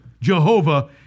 Jehovah